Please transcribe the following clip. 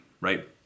right